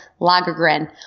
Lagergren